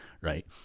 right